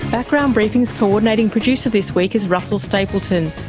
background briefing's coordinating producer this week is russell stapleton,